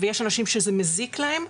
ויש אנשים שזה מזיק להם,